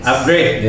Upgrade